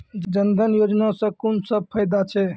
जनधन योजना सॅ कून सब फायदा छै?